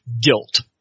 guilt